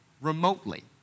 remotely